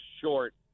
short